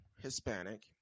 Hispanic